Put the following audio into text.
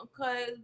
okay